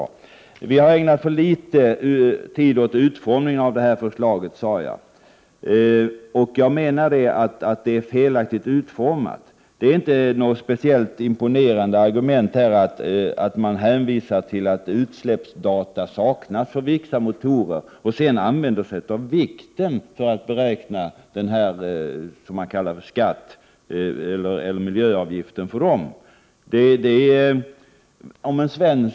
Jag sade att regeringen har ägnat för litet tid åt utformningen av förslaget. Jag menar att förslaget är felaktigt utformat. Att hänvisa till att utsläppsdata saknas för vissa motorer och sedan använda sig av flygplansvikten för att beräkna det man kallar skatt eller miljöavgift för dessa motorer är inte speciellt imponerande.